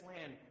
land